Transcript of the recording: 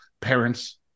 parents